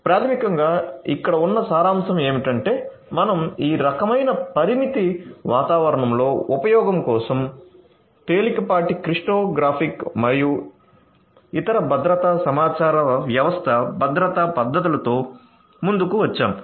ప్రాథమికంగా ఇక్కడ ఉన్న సారాంశం ఏమిటంటే మేము ఈ రకమైన పరిమితి వాతావరణంలో ఉపయోగం కోసం తేలికపాటి క్రిప్టోగ్రాఫిక్ మరియు ఇతర భద్రతా సమాచార వ్యవస్థ భద్రతా పద్ధతులతో ముందుకు వచ్చాము